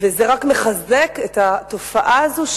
זה רק מחזק את התופעה הזאת,